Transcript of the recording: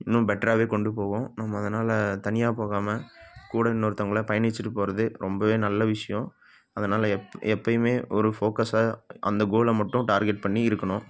இன்னும் பெட்ராகவே கொண்டு போகும் நம்ம அதனால் தனியாக போகாமல் கூட இன்னொருத்தவங்களை பயணிச்சிட்டுப் போகறது ரொம்பவே நல்ல விஷயம் அதனால் எப் எப்பையுமே ஒரு ஃபோக்கஸாக அந்த கோலை மட்டும் டார்கெட் பண்ணி இருக்கணும்